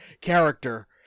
character